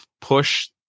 push